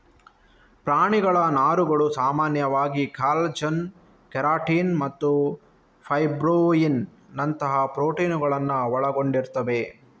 ಪ್ರಾಣಿಗಳ ನಾರುಗಳು ಸಾಮಾನ್ಯವಾಗಿ ಕಾಲಜನ್, ಕೆರಾಟಿನ್ ಮತ್ತು ಫೈಬ್ರೋಯಿನ್ ನಂತಹ ಪ್ರೋಟೀನುಗಳನ್ನ ಒಳಗೊಂಡಿರ್ತವೆ